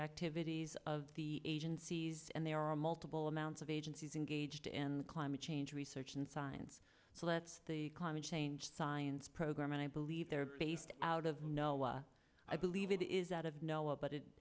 activities of the agencies and there are multiple amounts of agencies engaged in the climate change research and science so that's the climate change science program and i believe they're based out of no i believe it is out of know about it